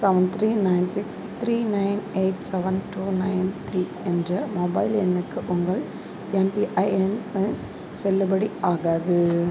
seven three nine six three nine eight seven two nine three என்ற mobile எண்ணுக்கு உங்கள் MPIN செல்லுபடி ஆகாது